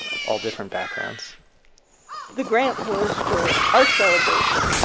all different backgrounds the grant was for our celebration.